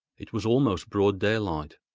it was almost broad daylight,